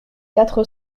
quatre